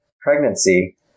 pregnancy